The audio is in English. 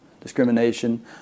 discrimination